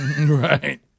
Right